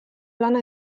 lana